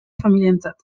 familientzat